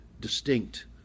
distinct